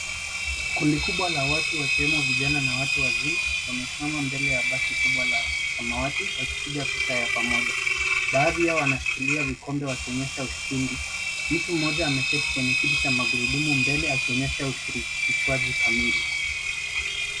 Kundi kubwa la watu watu wakiwemo vijana na watu wazee wamesima mbele ya basi kubwa la samawati, wakipiga picha ya pamoja. Baadhi yao wanashikilia vikombe wakionyesha ushindi. Mtu moja ameketi kwenye kiti cha magurudumu mbele, akionyesha ushirikishwaji kamili.